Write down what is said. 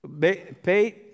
Pay